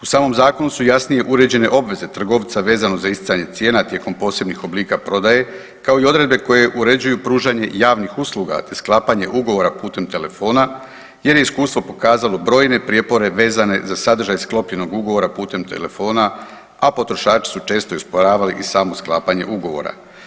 U samom zakonu su jasnije uređene obveze trgovaca vezano za isticanje cijena tijekom posebnih oblika prodaje kao i odredbe koje uređuju pružanje javnih usluga te sklapanje ugovora putem telefona jer je iskustvo pokazalo brojne prijepore vezane za sadržaj sklopljenog ugovora putem telefona, a potrošači su često i osporavali samo sklapanje ugovora.